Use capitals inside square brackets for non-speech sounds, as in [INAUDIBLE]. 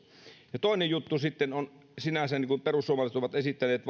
ja toinen juttu sitten on sinänsä niin kuin perussuomalaiset ovat esittäneet [UNINTELLIGIBLE]